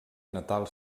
natal